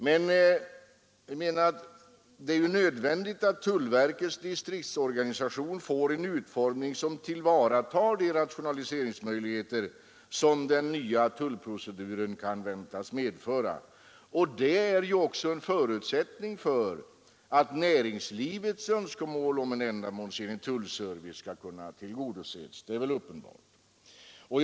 Men det är nödvändigt att tullverkets distriktsorganisation får en utformning som tillvaratar de rationaliseringsmöjligheter som den nya tullproceduren kan väntas medföra. Och det är också en förutsättning för att näringslivets önskemål om en ändamålsenlig tullservice skall kunna tillgodoses — det är väl uppenbart.